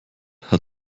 hat